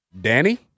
Danny